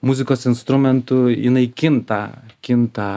muzikos instrumentų jinai kinta kinta